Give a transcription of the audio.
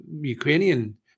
Ukrainian